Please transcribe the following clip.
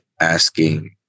asking